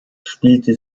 spielte